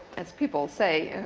as people say,